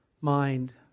mind